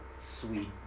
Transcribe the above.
sweet